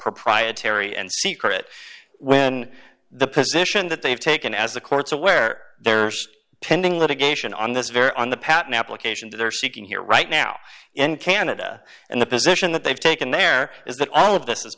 proprietary and secret when the position that they've taken as the court's aware there's pending litigation on this very on the patent application they're seeking here right now in canada and the position that they've taken there is that all of this is